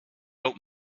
old